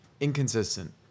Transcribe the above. inconsistent